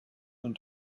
und